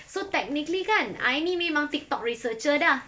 so technically kan I ni memang TikTok researcher dah